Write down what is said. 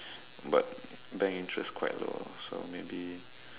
but bank interest quite low so maybe